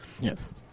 Yes